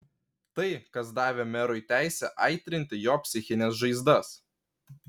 tai kas davė merui teisę aitrinti jo psichines žaizdas